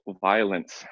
violence